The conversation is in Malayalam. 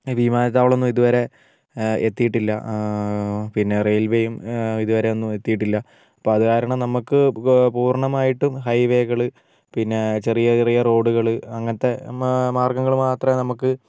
വിമാനത്താവളമൊന്നും ഇതുവരെ എത്തിയിട്ടില്ല പിന്നെ റയിൽവേയും ഇതുവരെ ഒന്നും എത്തിയിട്ടില്ല അപ്പോൾ അത് കാരണം നമുക്ക് പൂർണ്ണമായിട്ടും ഹൈവേകള് പിന്നെ ചെറിയ ചെറിയ റോഡുകള് അങ്ങനത്തെ മാർഗങ്ങൾ മാത്രമേ നമുക്ക്